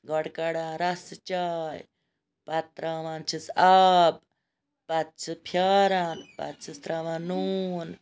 گۄڈٕ کَڑان رَسہٕ چاے پَتہ تراوان چھِس آب پَتہٕ چھِ پھیاران پَتہٕ چھِس تراوان نوٗن